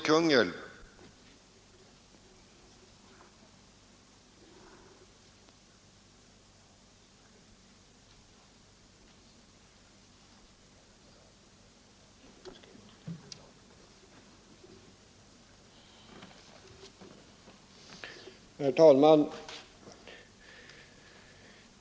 Herr talman!